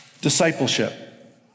discipleship